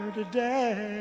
today